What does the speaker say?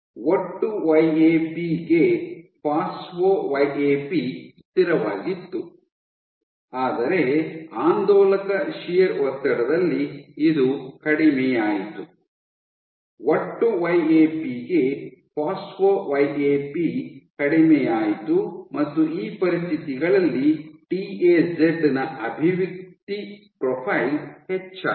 ಒಟ್ಟು Y A P ಗೆ phospho Y A P ಸ್ಥಿರವಾಗಿತ್ತು ಆದರೆ ಆಂದೋಲಕ ಶಿಯರ್ ಒತ್ತಡದಲ್ಲಿ ಇದು ಕಡಿಮೆಯಾಯಿತು ಒಟ್ಟು ವೈ ಎ ಪಿ ಗೆ ಫಾಸ್ಫೋ ವೈ ಎ ಪಿ ಕಡಿಮೆಯಾಯಿತು ಮತ್ತು ಈ ಪರಿಸ್ಥಿತಿಗಳಲ್ಲಿ ಟಿ ಎ ಜೆಡ್ ನ ಅಭಿವ್ಯಕ್ತಿ ಪ್ರೊಫೈಲ್ ಹೆಚ್ಚಾಗಿದೆ